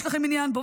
יש לכם עניין בו.